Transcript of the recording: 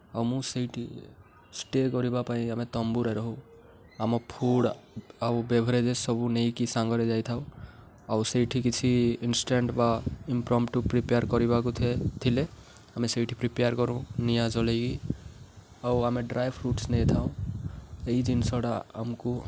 ଆଉ ମୁଁ ସେଇଠି ଷ୍ଟେ କରିବା ପାଇଁ ଆମେ ତମ୍ବୁରେ ରହୁ ଆମ ଫୁଡ଼୍ ଆଉ ବେଭରେଜେସ୍ ସବୁ ନେଇକି ସାଙ୍ଗରେ ଯାଇଥାଉ ଆଉ ସେଇଠି କିଛି ଇନ୍ଷ୍ଟାଣ୍ଟ୍ ବା ଇମ୍ପ୍ରୋମ୍ଟୁ ପ୍ରିପେୟାର୍ କରିବାକୁ ଥିଲେ ଆମେ ସେଇଠି ପ୍ରିପେୟାର୍ କରୁ ନିଆଁ ଜଳାଇକି ଆଉ ଆମେ ଡ୍ରାଏ ଫ୍ରୁଟ୍ସ ନେଇଥାଉଁ ଏଇ ଜିନିଷଟା ଆମକୁ